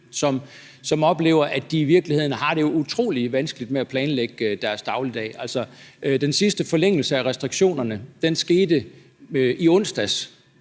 som oplever, at de i virkeligheden har det utrolig vanskeligt med at planlægge deres dagligdag. Den sidste forlængelse af restriktionerne, med virkning